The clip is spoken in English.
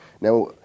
Now